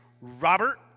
Robert